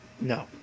No